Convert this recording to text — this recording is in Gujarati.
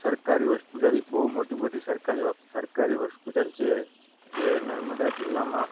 સરકારી હોસ્પિટલ બહુ મોટી બધી સરકારી હોસ્પિટલ છે જે નર્મદા જિલ્લામાં